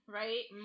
right